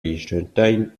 liechtenstein